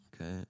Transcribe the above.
okay